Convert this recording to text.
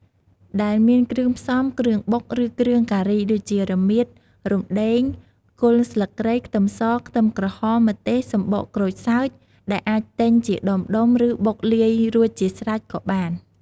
ដែលមានគ្រឿងផ្សំ គ្រឿងបុក ឬគ្រឿងការីដូចជា រមៀត រំដេង គល់ស្លឹកគ្រៃ ខ្ទឹមស ខ្ទឹមក្រហម ម្ទេស សំបកក្រូចសើច ដែលអាចទិញជាដុំៗ ឬបុកលាយរួចជាស្រេចក៏បាន។